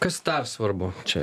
kas dar svarbu čia